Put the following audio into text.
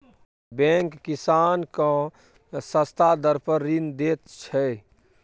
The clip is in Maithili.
बैंक किसान केँ सस्ता दर पर ऋण दैत छै